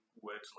words